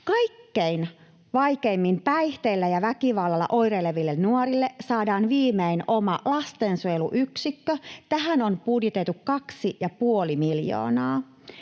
Kaikkein vaikeimmin päihteillä ja väkivallalla oireileville nuorille saadaan viimein oma lastensuojeluyksikkö. Tähän on budjetoitu kaksi ja